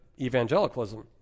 evangelicalism